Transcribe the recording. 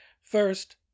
First